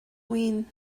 win